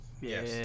yes